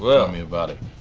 tell me about it.